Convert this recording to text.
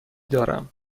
دارم